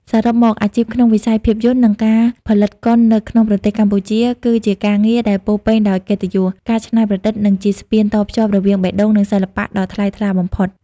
សរុបមក អាជីពក្នុងវិស័យភាពយន្ត និងការផលិតកុននៅក្នុងប្រទេសកម្ពុជា គឺជាការងារដែលពោរពេញដោយកិត្តិយស ការច្នៃប្រឌិត និងជាស្ពានតភ្ជាប់រវាងបេះដូង និងសិល្បៈដ៏ថ្លៃថ្លាបំផុត។